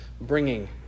bringing